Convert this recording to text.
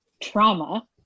trauma